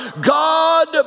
God